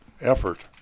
effort